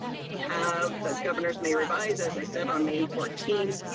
we have the governor's may revise, as i said, on may fourteenth.